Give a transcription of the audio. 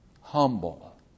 humble